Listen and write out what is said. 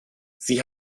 sie